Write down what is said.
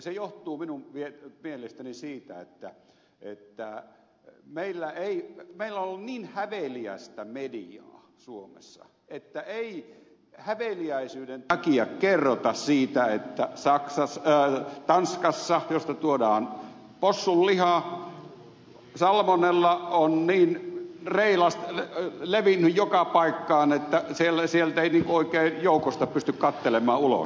se johtuu minun mielestäni siitä että meillä suomessa on ollut niin häveliästä mediaa että ei häveliäisyyden takia kerrota siitä että tanskassa mistä tuodaan possunlihaa salmonella on niin levinnyt joka paikkaan että sieltä ei ikään kuin oikein joukosta pysty katselemaan ulos